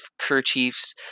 Kerchiefs